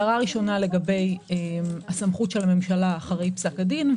ראשית לגבי הסמכות של הממשלה אחרי פסק הדין,